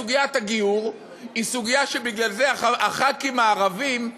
סוגיית הגיור היא סוגיה שבגלל זה חברי הכנסת הערבים,